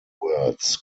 words